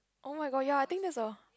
oh-my-god ya I think that's a